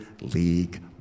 League